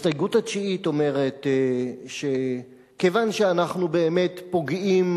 ההסתייגות התשיעית אומרת שכיוון שאנחנו באמת פוגעים